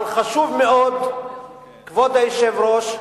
אבל, כבוד היושב-ראש,